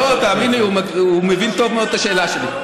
לא, תאמין לי, הוא מבין טוב מאוד את השאלה שלי.